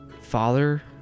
Father